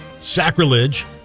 Sacrilege